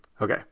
Okay